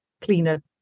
cleaner